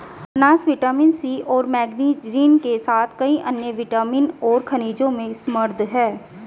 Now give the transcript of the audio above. अनन्नास vitamin C और manganese के साथ कई अन्य विटामिन और खनिजों में समृद्ध हैं